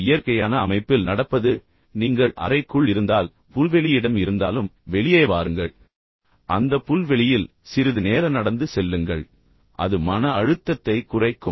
ஒரு இயற்கையான அமைப்பில் நடப்பது நீங்கள் அறைக்குள் இருந்தால் புல்வெளி இடம் இருந்தாலும் வெளியே வாருங்கள் அந்த புல்வெளியில் சிறிது நேர நடந்து செல்லுங்கள் அது மன அழுத்தத்தை குறைக்கும்